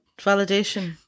validation